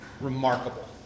remarkable